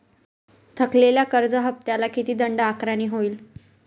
थकलेल्या कर्ज हफ्त्याला किती दंड आकारणी होईल?